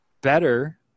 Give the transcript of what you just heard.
better